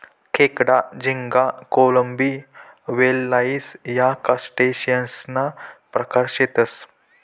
खेकडा, झिंगा, कोळंबी, वुडलाइस या क्रस्टेशियंससना प्रकार शेतसं